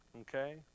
Okay